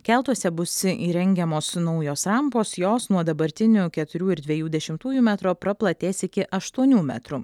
keltuose bus įrengiamos naujos rampos jos nuo dabartinių keturių ir dviejų dešimtųjų metro praplatės iki aštuonių metrų